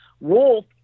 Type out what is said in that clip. Wolf